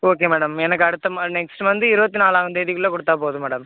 okay madam எனக்கு அடுத்த month next month இருவத்தினாலாந்தேதிக்குள்ளே கொடுத்தா போதும் மேடம்